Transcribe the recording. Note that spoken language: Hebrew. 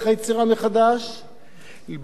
בלי להיכנס לעימותים עם כל העולם.